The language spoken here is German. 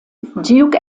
duke